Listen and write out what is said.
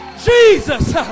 Jesus